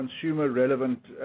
consumer-relevant